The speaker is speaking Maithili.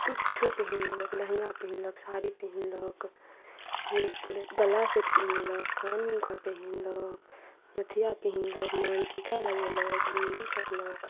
किछो पहिर लेलक लहंगा पहिरलक साड़ी पिहरलक ने गला सेट पहिरलक कानमेका पहिरलक नथिया पिहरलक मानटिका लगेलक बिन्दी सटलक